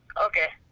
okay.